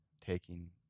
taking